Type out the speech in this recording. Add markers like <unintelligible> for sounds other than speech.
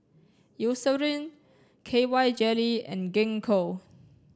<unintelligible> K Y Jelly and Gingko